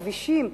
כבישים.